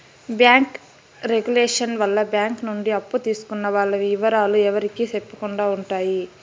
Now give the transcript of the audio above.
bank regulation వల్ల bank నుండి అప్పు తీసుకున్న వాల్ల ఇవరాలు ఎవరికి సెప్పకుండా ఉంటాయి